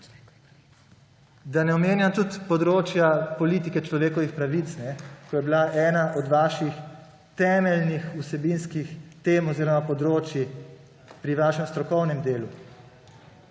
Da ne omenjam tudi področja človekovih pravic, ko je bila ena od vaših temeljnih vsebinskih tem oziroma področij pri vašem strokovnem delu.